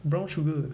brown sugar